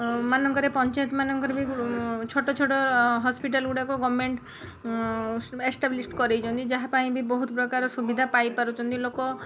ମାନଙ୍କରେ ପଞ୍ଚାୟତ ମାନଙ୍କରେ ବି ଛୋଟ ଛୋଟ ହସ୍ପିଟାଲ ଗୁଡ଼ାକ ଗଭର୍ନମେଣ୍ଟ ଏଷ୍ଟାବ୍ଲିଷ୍ଟ କରାଇଛନ୍ତି ଯାହା ପାଇଁ ବହୁତ ପ୍ରକାର ସୁବିଧା ପାଇ ପାରୁଛନ୍ତି ଲୋକ